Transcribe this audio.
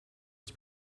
its